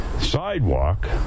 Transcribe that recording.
sidewalk